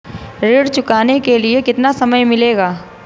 ऋण चुकाने के लिए कितना समय मिलेगा?